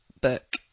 book